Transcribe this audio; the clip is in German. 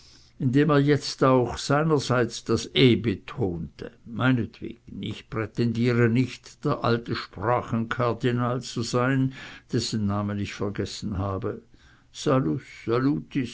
indem er jetzt auch seinerseits das e betonte meinetwegen ich prätendiere nicht der alte sprachenkardinal zu sein dessen namen ich vergessen habe